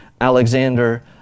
Alexander